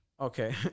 Okay